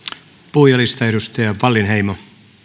puhujalistaan edustaja wallinheimo